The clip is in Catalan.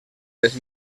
les